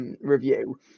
review